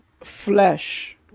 flesh